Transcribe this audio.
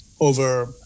over